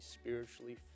spiritually